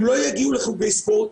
הם לא יגיעו לחוגי ספורט,